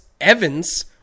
Evans